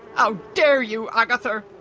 how dare you, agatha!